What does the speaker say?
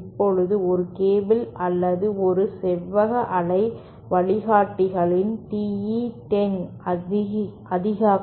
இப்போது ஒரு கேபிள் அல்லது ஒரு செவ்வக அலை வழிகாட்டிகளில் TE10